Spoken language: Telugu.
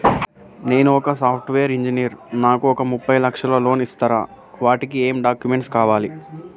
నేను ఒక సాఫ్ట్ వేరు ఇంజనీర్ నాకు ఒక ముప్పై లక్షల లోన్ ఇస్తరా? వాటికి ఏం డాక్యుమెంట్స్ కావాలి?